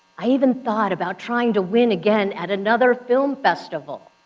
i even thought about trying to win again at another film festival.